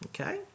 Okay